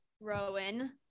Rowan